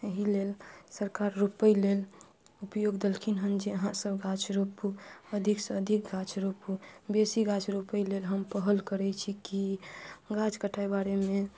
एहि लेल सरकार रोपय लेल उपयोग देलखिन हन जे अहाँ सब गाछ रोपू अधिक से अधिक गाछ रोपू बेसी गाछ रोपय लेल हम पहल करै छी की गाछ कटाइ बारे मे